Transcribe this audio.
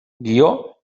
guió